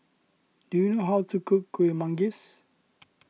do you know how to cook Kuih Manggis